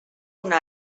una